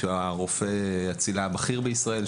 שהוא רופא הצלילה הבכיר בישראל,